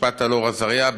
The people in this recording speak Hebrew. משפט אלאור עזריה.